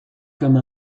comme